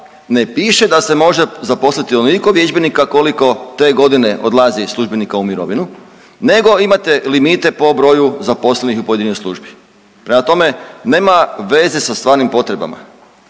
ne piše da se može zaposliti onoliko vježbenika koliko te godine odlazi službenika u mirovinu nego imate limite po broju zaposlenih u pojedinoj službi. Prema tome, nema veze sa stvarnim potrebama